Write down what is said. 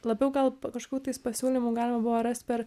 labiau gal kažkokių tais pasiūlymų galima buvo rasti per